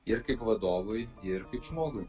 ir kaip vadovui ir kaip žmogui